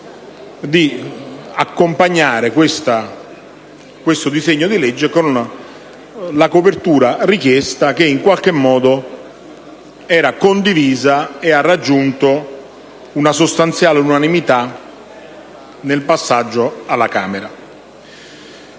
di accompagnare questo disegno di legge con la copertura richiesta che, in qualche mondo, era condivisa e ha raggiunto una sostanziale unanimità nel passaggio alla Camera.